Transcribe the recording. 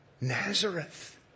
nazareth